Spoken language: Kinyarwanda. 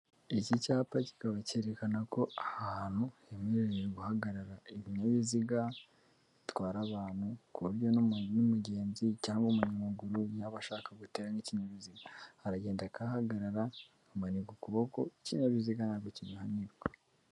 Iki cyapa kikaba cyerekana ko aha hantu, hemewe guhagarara ibinyabiziga bitwara abantu, ku buryo n'umugenzi cyangwa umunyamaguru yaba ashaka gutega nk'ikinyabiziga, aragenda akahahagarara, akamanika ukuboko, ikinyabiziga ntabwo kibihanirwa.